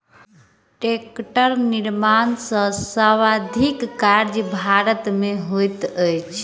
टेक्टरक निर्माण सॅ संबंधित काज भारत मे होइत अछि